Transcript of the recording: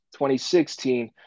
2016